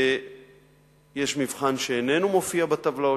ויש מבחן שאיננו מופיע בטבלאות,